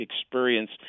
experience